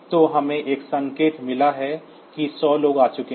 तो हमें एक संकेत मिलता है कि 100 लोग आ चुके हैं